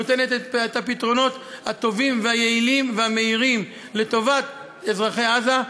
נותנת את הפתרונות הטובים והיעילים והמהירים לטובת אזרחי עזה,